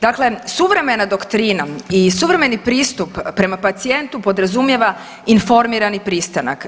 Dakle, suvremena doktrina i suvremeni pristup prema pacijentu podrazumijeva informirani pristanak.